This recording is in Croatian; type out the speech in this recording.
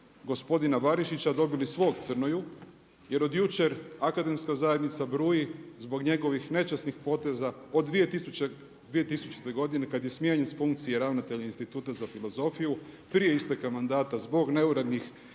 gospodina Barišića dobili svog Crnoju, jer od jučer akademska zajednica bruji zbog njegovih nečasnih poteza od 2000. godine kad je smijenjen s funkcije ravnatelja Instituta za filozofiju prije isteka mandata zbog neurednih